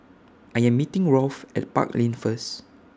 I Am meeting Rolf At Park Lane First